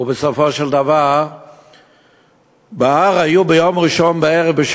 בסופו של דבר היו בהר ביום ראשון בערב,